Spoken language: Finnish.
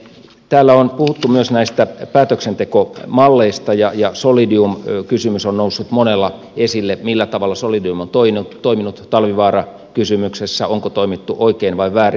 täällä on puhuttu myös näistä päätöksentekomalleista ja solidium kysymys on noussut monella esille millä tavalla solidium on toiminut talvivaara kysymyksessä onko toimittu oikein vai väärin